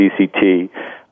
DCT